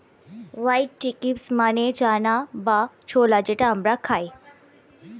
white chickpea মানে চানা বা ছোলা যেটা আমরা খাই